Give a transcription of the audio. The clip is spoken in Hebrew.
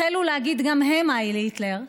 הם החלו להגיד גם הם "הייל היטלר".